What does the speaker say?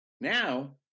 now